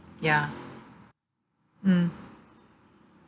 ya mm